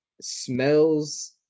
smells